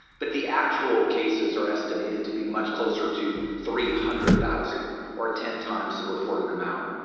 but the actual cases are estimated to be much closer to three hundred thousand or ten times the reported amount.